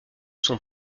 son